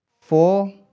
four